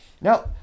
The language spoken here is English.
Now